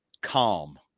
calm